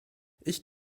ich